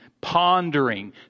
pondering